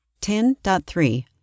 10.3